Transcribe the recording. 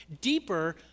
deeper